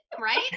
right